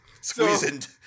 Squeezed